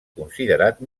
considerat